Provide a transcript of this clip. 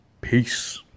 Peace